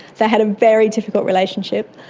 they had a very difficult relationship.